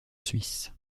suisse